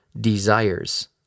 desires